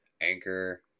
Anchor